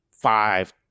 five